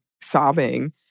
sobbing